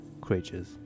creatures